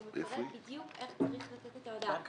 לרוב אנשים כתב זה ההפך תמיד פה חברינו מבקשים רק